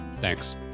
Thanks